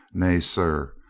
nay, sir,